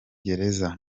gereza